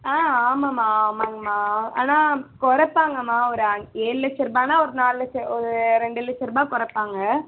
ஆ ஆமாம்மா ஆமாங்கமா ஆனால் கொறைப்பாங்கமா ஒரு ஏழு லட்சம் ரூபானா ஒரு நாலு லட்சம் ஒரு ரெண்டு லட்சம் ரூபா கொறைப்பாங்க